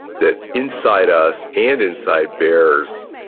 that inside us and inside bears,